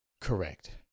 Correct